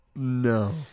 No